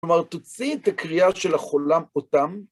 כלומר, תוציאי את הקריאה של החולם אותם.